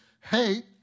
hate